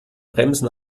bremsen